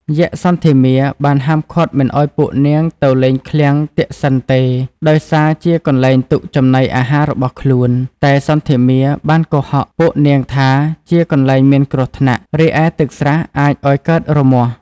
យក្ខសន្ធមារបានហាមឃាត់មិនឲ្យពួកនាងទៅលេងឃ្លាំងទក្សិណទេ ដោយសារជាកន្លែងទុកចំណីអាហាររបស់ខ្លួន តែសន្ធមារបានកុហកពួកនាងថាជាកន្លែងមានគ្រោះថ្នាក់ រីឯទឹកស្រះអាចឲ្យកើតរមាស់។